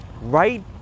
right